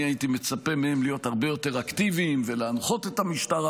אני הייתי מצפה מהם להיות הרבה יותר אקטיביים ולהנחות את המשטרה